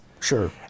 Sure